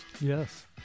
Yes